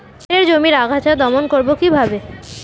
পাটের জমির আগাছা দমন করবো কিভাবে?